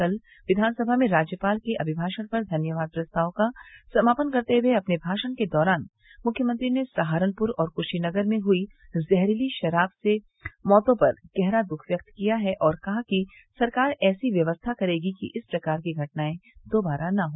कल विधानसभा में राज्यपाल के अभिमाषण पर धन्यवाद प्रस्ताव का समापन करते हुए अपने भाषण के दौरान मुख्यमंत्री ने सहारनपुर और क्शीनगर में हुई जहरीली शराब से हुई मौतों पर गहरा दुःख व्यक्त किया और कहा कि सरकार ऐसी व्यवस्था करेगी कि इस प्रकार की घटनाएं दोबारा न हो